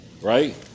right